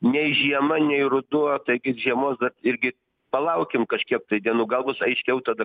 nei žiema nei ruduo taigi žiemos dar irgi palaukim kažkiek tai dienų gal bus aiškiau tada